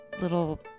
little